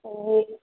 ए